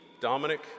Dominic